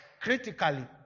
critically